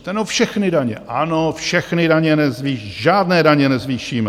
No, všechny daně, ano, všechny daně nezvýšíme, žádné daně nezvýšíme!